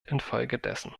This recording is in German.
infolgedessen